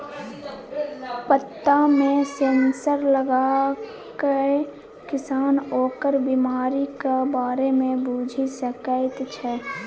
पत्तामे सेंसर लगाकए किसान ओकर बिमारीक बारे मे बुझि सकैत छै